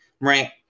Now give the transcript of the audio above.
right